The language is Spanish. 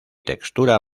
textura